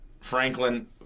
Franklin